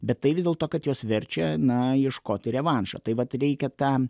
bet tai vis dėlto kad juos verčia na ieškoti revanšo tai vat reikia tą